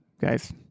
guys